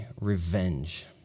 revenge